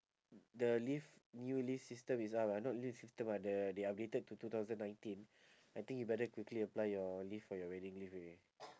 the leave newly system is up ah not this system ah the they updated to two thousand nineteen I think you better quickly apply your leave for your wedding leave already